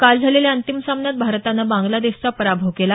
काल झालेल्या अंतिम सामन्यात भारतानं बांग्लादेशचा पराभव केला